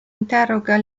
interroga